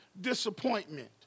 disappointment